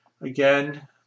Again